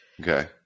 Okay